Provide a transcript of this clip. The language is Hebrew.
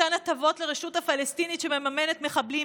מתן הטבות לרשות הפלסטינית שמממנת מחבלים